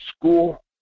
school